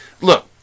Look